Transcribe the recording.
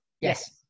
yes